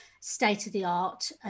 state-of-the-art